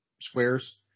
squares